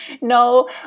no